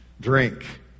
Drink